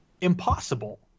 impossible